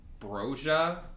Broja